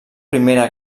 primera